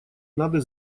надо